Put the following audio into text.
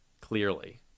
clearly